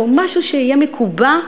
או משהו שיהיה מקובע,